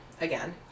again